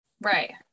right